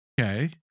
Okay